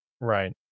Right